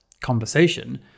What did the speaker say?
conversation